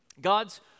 God's